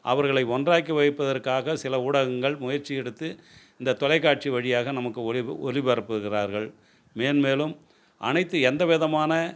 அவர்களை ஒன்றாக்கி வைப்பதற்காக சில ஊடகங்கள் முயற்சி எடுத்து இந்த தொலைக்காட்சி வழியாக நமக்கு ஒளி ஒளிபரப்புகிறார்கள் மென்மேலும் அனைத்து எந்த விதமான